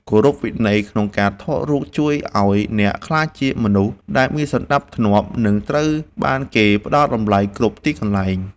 គោរពវិន័យក្នុងការថតរូបជួយឱ្យអ្នកក្លាយជាមនុស្សដែលមានសណ្តាប់ធ្នាប់ និង ត្រូវបានគេផ្តល់តម្លៃគ្រប់ទីកន្លែង។